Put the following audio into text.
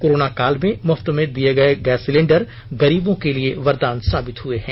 corona काल में मुफ्त दिए गए गैस सिलेंण्डर गरीबों के लिए वरदान साबित हुए हैं